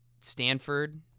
Stanford